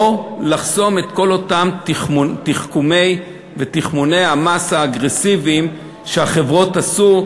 או כדי לחסום את כל אותם תחכומי ותכמוני המס האגרסיביים שהחברות עשו,